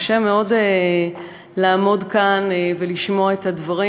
קשה מאוד לעמוד כאן ולשמוע את הדברים.